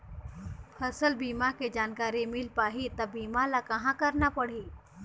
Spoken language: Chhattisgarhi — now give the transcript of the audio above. फसल बीमा के जानकारी मिल पाही ता बीमा ला कहां करना पढ़ी?